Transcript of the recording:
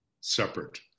separate